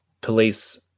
police